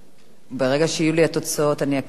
ברגע שיהיו לי את התוצאות אני אקריא אותן.